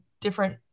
different